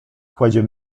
kładzie